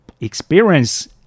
experience